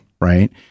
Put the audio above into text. Right